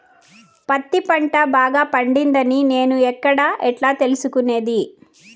పత్తి పంట బాగా పండిందని నేను ఎక్కడ, ఎట్లా తెలుసుకునేది?